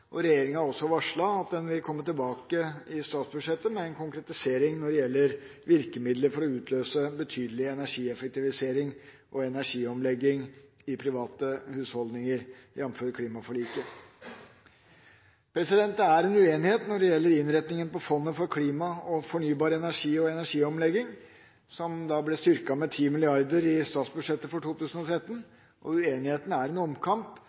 plass. Regjeringa har også varslet at den vil komme tilbake i statsbudsjettet med en konkretisering når det gjelder virkemidler for å utløse betydelig energieffektivisering og energiomlegging i private husholdninger, jf. vedtak i klimaforliket. Det er en uenighet når det gjelder innretningen på fondet for klima, fornybar energi og energiomlegging, som ble styrket med 10 mrd. kr i statsbudsjettet for 2013. Uenigheten er en omkamp,